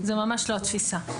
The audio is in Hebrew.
זאת ממש לא התפיסה.